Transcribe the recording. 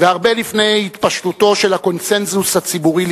והרבה לפני התפשטותו של הקונסנזוס הציבורי,